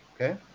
Okay